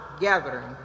gathering